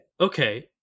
Okay